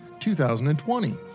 2020